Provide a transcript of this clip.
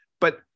but-